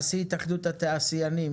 נשיא התאחדות התעשיינים,